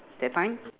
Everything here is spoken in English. that time